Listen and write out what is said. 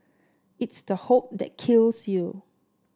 it's the hope that kills you